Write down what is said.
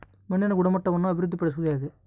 ಮಣ್ಣಿನ ಗುಣಮಟ್ಟವನ್ನು ಅಭಿವೃದ್ಧಿ ಪಡಿಸದು ಹೆಂಗೆ?